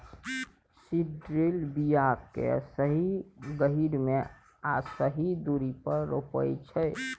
seed drill बीया केँ सही गहीर मे आ सही दुरी पर रोपय छै